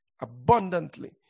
abundantly